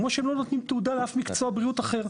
כמו שהם לא נותנים תעודה לאף מקצוע בריאות אחר.